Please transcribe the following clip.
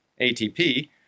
ATP